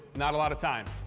not a lot of time.